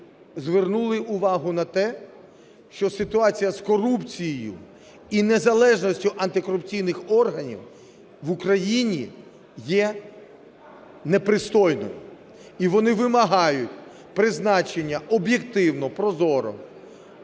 звернули увагу на те, що ситуація з корупцією і незалежністю антикорупційних органів в Україні є непристойною. І вони вимагають призначення об'єктивно, прозоро